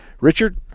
Richard